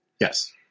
Yes